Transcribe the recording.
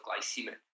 glycemic